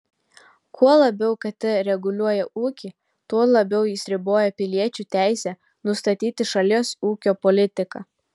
kuo labiau kt reguliuoja ūkį tuo labiau jis riboja piliečių teisę nustatyti šalies ūkio politiką